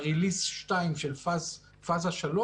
ב-release 2 של פאזה 3,